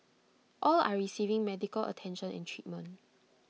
all are receiving medical attention and treatment